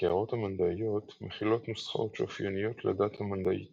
הקערות המנדעיות מכילות נוסחאות שאופייניות לדת המנדעית